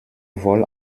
vole